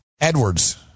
Edwards